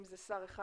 אם זה שר אחד,